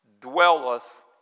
dwelleth